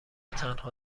تنها